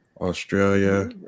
Australia